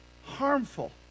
harmful